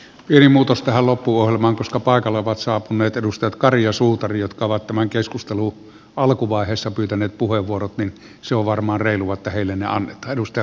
pieni muutos tähän loppuohjelmaan koska paikalle ovat saapuneet edustajat kari ja suutari jotka ovat tämän keskustelun alkuvaiheessa pyytäneet puheenvuorot niin se on varmaan reilua että heille ne annetaan